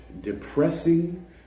depressing